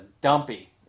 dumpy